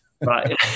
right